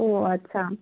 ও আচ্ছা